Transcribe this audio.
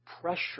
pressure